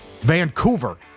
Vancouver